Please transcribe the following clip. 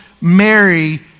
Mary